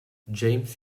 james